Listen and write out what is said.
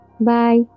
Bye